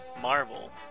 Marvel